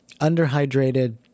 underhydrated